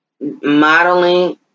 modeling